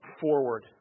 forward